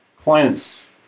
clients